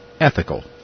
ethical